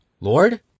Lord